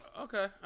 Okay